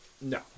No